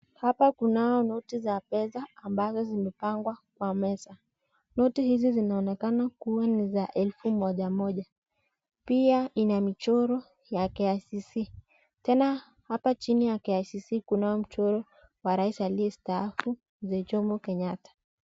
Hapa kunao noti za pesa ambazo zimepangwa kwa meza . Noti hizi zinazonekana kuwa ni za elfu moja moja . Pia ina michoro ya KICC tena hapa chini ya KICC kunao mchoro wa rais aliye staafu Mzee Jomo Kenyatta .